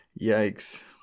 Yikes